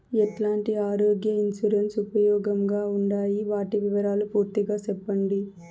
ఎట్లాంటి ఆరోగ్య ఇన్సూరెన్సు ఉపయోగం గా ఉండాయి వాటి వివరాలు పూర్తిగా సెప్పండి?